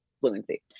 fluency